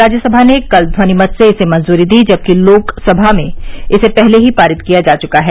राज्यसभा ने कल ध्वनि मत से इसे मंजूरी दी जबकि लोकसभा इसे पहले ही पारित कर चुकी है